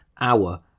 hour